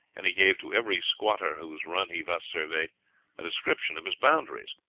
and he gave to every squatter whose run he thus surveyed a description of his boundaries,